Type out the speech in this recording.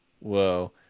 Whoa